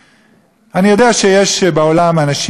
אני יודע שיש בעולם אנשים יותר דתיים,